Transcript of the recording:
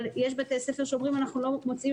אבל יש בתי ספר שאומרים: אנחנו לא מוצאים